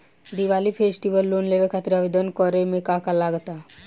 Diwali festival loan लेवे खातिर आवेदन करे म का का लगा तऽ?